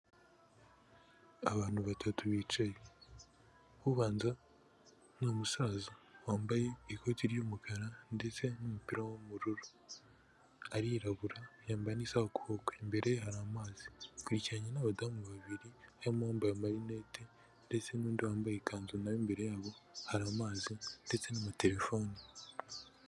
Abantu batatu bicaye. Ubanza ni umusaza wambaye ikoti ry'umukara ndetse n'umupira w'ubururu arirabura yambaye n'isaha ku kuboko imbere ye hari amazi. Akurikiranye n'abadamu babiri harimo uwambaye amarinete ndetse n'undi wambaye ikanzu na bo imbere yabo hari amazi ndetse n'amaterefone.